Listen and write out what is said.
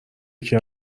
یکی